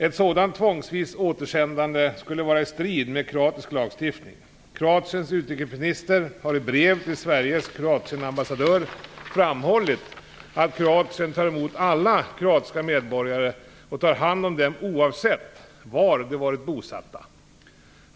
Ett sådant tvångsvis återsändande skulle vara i strid med kroatisk lagstiftning. Kroatiens utrikesminister har i brev till Sveriges Kroatienambassadör framhållit att Kroatien tar emot alla kroatiska medborgare och tar hand om dem oavsett var de varit bosatta.